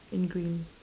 in green